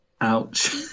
Ouch